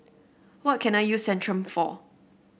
what can I use Centrum for